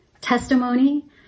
testimony